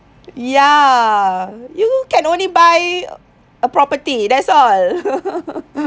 ya you can only buy a property that's all